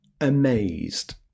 amazed